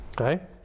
Okay